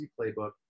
playbook